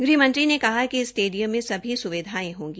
गृहमंत्री ने कहा कि इस स्टेडियम में सभी सुविधायें होगी